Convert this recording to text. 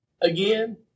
Again